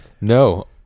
No